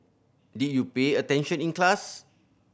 did you pay attention in class